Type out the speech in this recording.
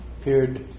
Appeared